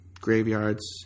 graveyards